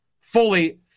fully